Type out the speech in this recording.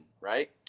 right